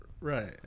Right